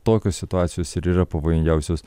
tokios situacijos ir yra pavojingiausios